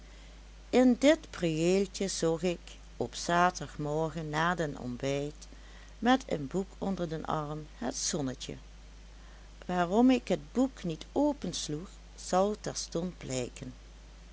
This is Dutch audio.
in dit priëeltje zocht ik op zaterdag morgen na den ontbijt met een boek onder den arm het zonnetje waarom ik het boek niet opensloeg zal terstond blijken